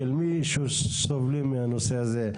של מי שסובלים מהנושא הזה.